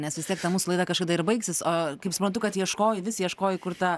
nes vistiek ta mūsų laida kažkada ir baigsis o kaip suprantu kad ieškojai vis ieškojai kur ta